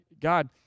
God